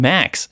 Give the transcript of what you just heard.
Max